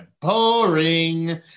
Boring